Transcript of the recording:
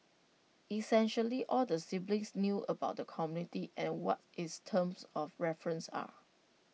essentially all the siblings knew about the committee and what its terms of reference are